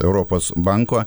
europos banko